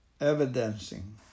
Evidencing